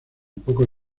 pocos